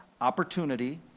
Opportunity